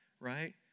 right